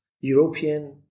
European